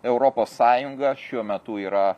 europos sąjunga šiuo metu yra